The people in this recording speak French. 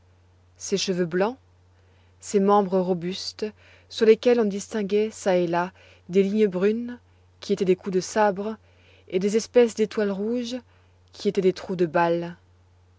ces cheveux blancs ces membres robustes sur lesquels on distinguait çà et là des lignes brunes qui étaient des coups de sabre et des espèces d'étoiles rouges qui étaient des trous de balles